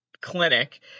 clinic